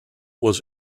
was